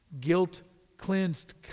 guilt-cleansed